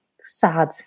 sad